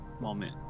moment